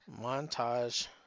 montage